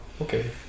okay